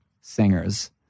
Singers